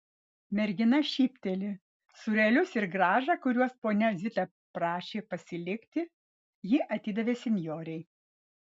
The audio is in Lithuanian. mergina šypteli sūrelius ir grąžą kuriuos ponia zita prašė pasilikti ji atidavė senjorei